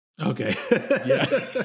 Okay